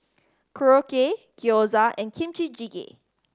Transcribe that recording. Korokke Gyoza and Kimchi Jjigae